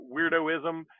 weirdoism